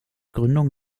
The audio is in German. gründung